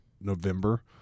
November